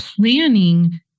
planning